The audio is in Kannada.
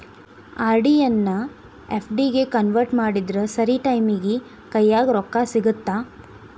ಆರ್.ಡಿ ಎನ್ನಾ ಎಫ್.ಡಿ ಗೆ ಕನ್ವರ್ಟ್ ಮಾಡಿದ್ರ ಸರಿ ಟೈಮಿಗಿ ಕೈಯ್ಯಾಗ ರೊಕ್ಕಾ ಸಿಗತ್ತಾ